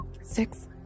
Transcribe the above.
Six